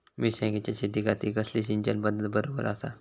मिर्षागेंच्या शेतीखाती कसली सिंचन पध्दत बरोबर आसा?